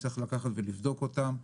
צריך לבדוק אותם.